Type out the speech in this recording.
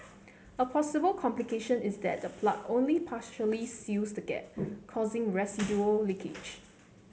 a possible complication is that the plug only partially seals the gap causing residual leakage